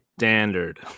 Standard